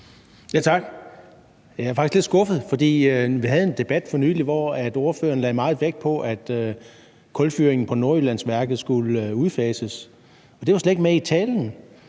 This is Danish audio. Tak. Jeg er faktisk lidt skuffet, fordi vi havde en debat for nylig, hvor ordføreren lagde meget vægt på, at kulfyringen på Nordjyllandsværket skulle udfases, og det var slet ikke med i talen.